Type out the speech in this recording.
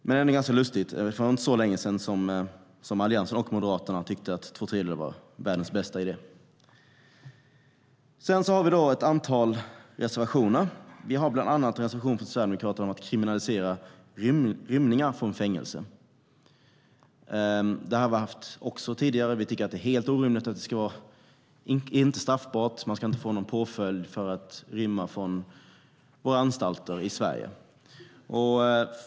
Det är ändå lustigt att det inte är så länge sedan som Alliansen och Moderaterna tyckte att två tredjedelar var världens bästa idé. Sedan finns ett antal reservationer. Det finns bland annat en reservation från Sverigedemokraterna om att kriminalisera rymningar från fängelse. Det förslaget har vi också fört fram tidigare. Vi tycker att det är helt orimligt att det inte är straffbart, att det inte blir någon påföljd, för att rymma från våra anstalter i Sverige.